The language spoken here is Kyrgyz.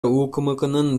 укмкнын